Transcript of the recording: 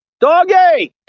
Doggy